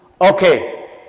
Okay